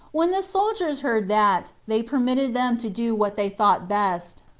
when the soldiers heard that, they permitted them to do what they thought best.